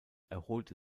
erholte